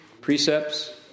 precepts